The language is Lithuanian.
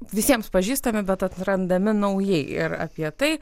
visiems pažįstami bet atrandami naujai ir apie tai